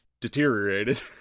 deteriorated